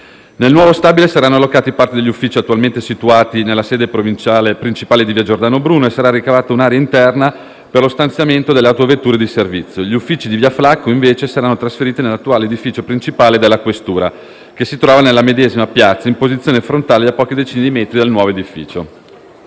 Nel nuovo stabile saranno allocati parte degli uffici attualmente situati nella sede principale di Via Giordano Bruno e sarà ricavata un'area interna per lo stazionamento delle autovetture di servizio. Gli uffici di Via Flacco, invece, saranno trasferiti nell'attuale edificio principale della questura, che si trova nella medesima piazza in posizione frontale ed a poche decine di metri dal nuovo edificio.